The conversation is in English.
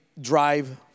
drive